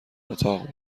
اتاق